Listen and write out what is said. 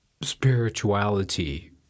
spirituality